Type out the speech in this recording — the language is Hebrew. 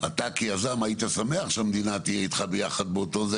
אתה כיזם היית שמח שהמדינה תהיה איתך ביחד באותו זה,